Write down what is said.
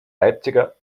leipziger